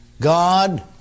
God